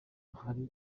hari